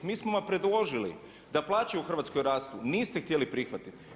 Mi smo vam predložili da plaće u Hrvatskoj rastu, niste htjeli prihvatiti.